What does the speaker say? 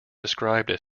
described